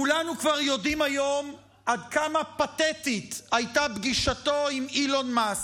כולנו כבר יודעים היום עד כמה פתטית הייתה פגישתו עם אילון מאסק.